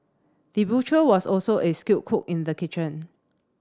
the butcher was also a skilled cook in the kitchen